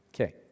Okay